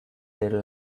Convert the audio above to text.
their